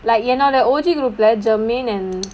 like என்னோட:ennoda O_G group right germaine and